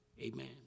amen